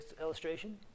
illustration